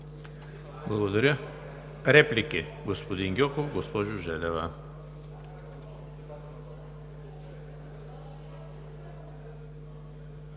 Благодаря. Реплики? Господин Гьоков, госпожо Желева.